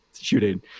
shooting